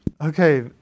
okay